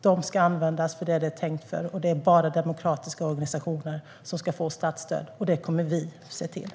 De ska användas till det de är tänkta för. Det är bara demokratiska organisationer som ska få statsstöd, och det kommer vi att se till.